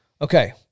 Okay